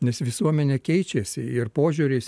nes visuomenė keičiasi ir požiūris